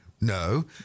No